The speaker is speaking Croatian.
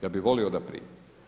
Ja bih volio da prije.